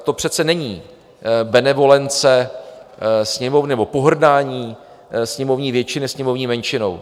To přece není benevolence Sněmovny nebo pohrdání sněmovní většiny sněmovní menšinou.